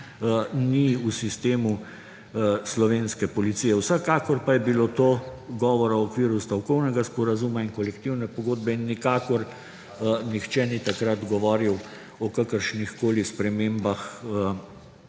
ni v sistemu slovenske policije. Vsekakor pa je bilo to govora v okviru stavkovnega sporazuma in kolektivne pogodbe in nikakor nihče ni takrat govoril o kakršnikoli spremembah